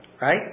right